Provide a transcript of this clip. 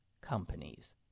companies